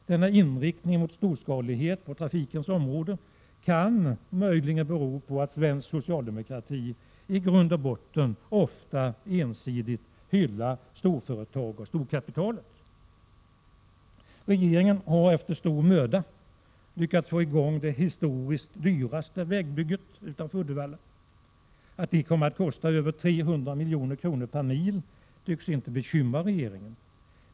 Denna inriktning mot storskalighet på trafikens område kan möjligen bero på att svensk socialdemokrati i grund och botten ofta ensidigt hyllar storföretag och storkapitalet. Regeringen har efter stor möda lyckats få i gång det historiskt dyraste vägbygget utanför Uddevalla. Att det kommer att kosta över 300 milj.kr. per mil tycks inte bekymra regeringen.